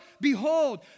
behold